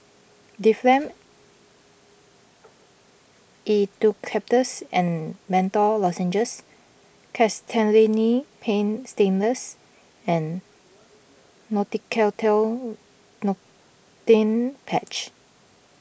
Difflam Eucalyptus and Menthol Lozenges Castellani's Paint Stainless and Nicotinell Nicotine Patch